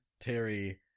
Terry